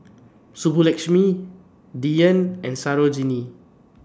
Subbulakshmi Dhyan and Sarojini